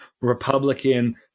Republican